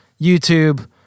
YouTube